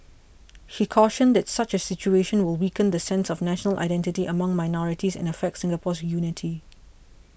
he cautioned that such a situation will weaken the sense of national identity among minorities and affect Singapore's unity